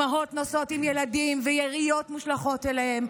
אימהות נוסעות עם ילדים ויריות נורות עליהם.